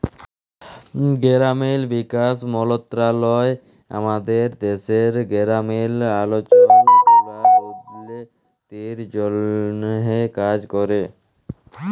গেরামিল বিকাশ মলত্রলালয় আমাদের দ্যাশের গেরামিল অলচল গুলার উল্ল্য তির জ্যনহে কাজ ক্যরে